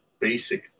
basic